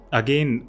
again